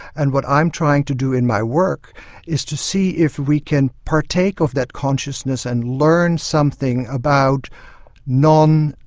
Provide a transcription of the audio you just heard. and what i'm trying to do in my work is to see if we can partake of that consciousness and learn something about non-ego,